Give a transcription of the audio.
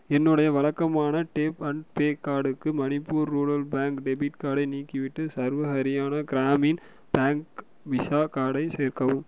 என்னுடைய வழக்கமான tap and pay கார்டுக்கு மணிப்பூர் ரூரல் பேங்க் டெபிட் கார்டை நீக்கிவிட்டு சர்வ ஹரியானா கிராமின் பேங்க் விஸா கார்டை சேர்க்கவும்